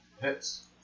Hits